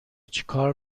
چیکار